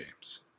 James